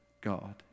God